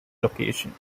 location